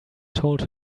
told